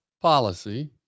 policy